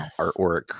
artwork